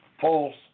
false